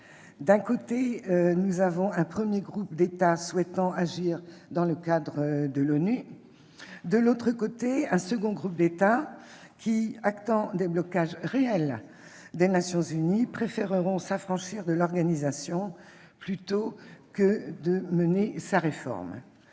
d'un côté, un premier groupe d'États souhaite agir dans le cadre de l'ONU ; de l'autre côté, un second groupe d'États, actant des blocages réels des Nations unies, préférera s'affranchir de l'Organisation plutôt que de mener la réforme